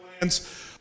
lands